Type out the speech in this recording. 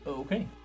Okay